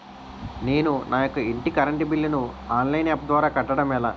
నేను నా యెక్క ఇంటి కరెంట్ బిల్ ను ఆన్లైన్ యాప్ ద్వారా కట్టడం ఎలా?